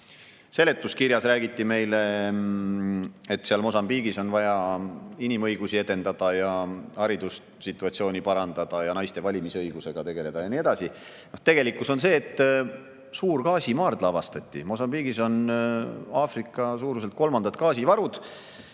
Seletuskirjas räägiti meile, et Mosambiigis on vaja inimõigusi edendada, haridussituatsiooni parandada, naiste valimisõigusega tegeleda ja nii edasi. Tegelikkus on see, et seal avastati suur gaasimaardla. Mosambiigis on Aafrika suuruselt kolmandad gaasivarud.